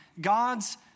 God's